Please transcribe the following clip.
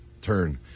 turn